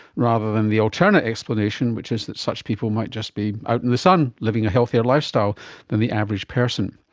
rather than the alternate explanation which is that such people might just be out in the sun, living a healthier lifestyle than the average person.